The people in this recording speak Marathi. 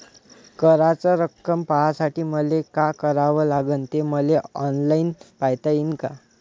कराच रक्कम पाहासाठी मले का करावं लागन, ते मले ऑनलाईन पायता येईन का?